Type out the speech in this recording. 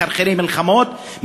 מחרחרי מלחמות,